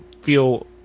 feel